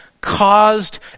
caused